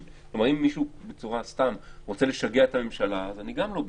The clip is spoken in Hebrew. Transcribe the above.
אם מישהו סתם רוצה לשגע את הממשלה, אני גם לא בעד.